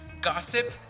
gossip